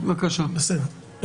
בסדר.